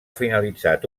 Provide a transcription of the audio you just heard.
finalitzat